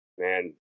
man